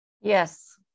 Yes